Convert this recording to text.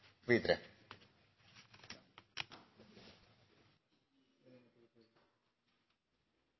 videre